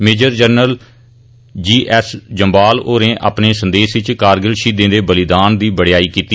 major general G S Jamwal होरें अपने संदेस इच कारगिल शहीदे दे बलिदान दी बड़ेयाई कीती